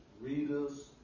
readers